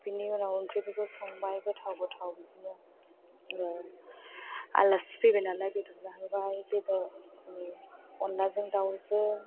बेनि उनाव ओंख्रिफोरखौ संबाय गोथाव गोथाव बिदिनो आलासि फैबाय नालाय बेदर जाहोबाय बेदर अनलाजों दाउजों